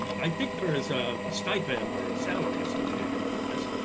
i think there is stipend or salary associated with this,